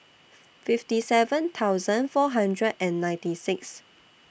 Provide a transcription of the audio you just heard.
fifty seven thousand four hundred and ninety six